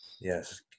yes